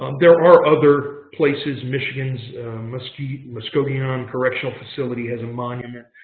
um there are other places michigan's muskegon muskegon and correctional facility has a monument.